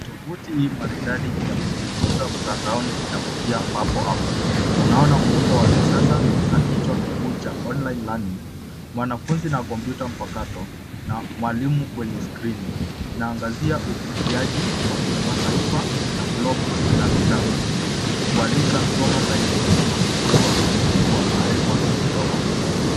Tovuti hii maridadi ya kujifunza mtandaoni inavutia papo hapo. Unaona muundo wa kisasa na kichwa kikuu cha online learning , mwanafunzi na kompyuta mpakato na mwalimu kwenye skrini, inaangazia ufikiaji wa kimataifa na globu na vitabu ikikualika soma zaidi na kugundua ulimwengu wa maarifa kutoka popote.